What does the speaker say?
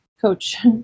coach